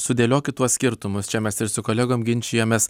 sudėliokit tuos skirtumus čia mes ir su kolegom ginčijomės